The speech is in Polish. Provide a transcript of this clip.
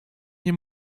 nie